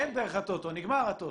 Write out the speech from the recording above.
אין דרך הטוטו, נגמר הטוטו.